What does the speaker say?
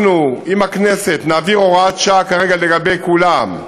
אנחנו, עם הכנסת, נעביר הוראת שעה כרגע לגבי כולם,